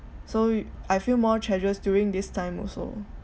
so I feel more treasures during this time also